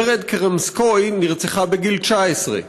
ורד קרמסקוי נרצחה בגיל 19,